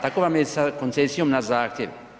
Tako vam je i sa koncesijom na zahtjev.